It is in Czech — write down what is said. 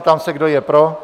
Ptám se, kdo je pro.